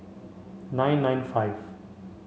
nine nine five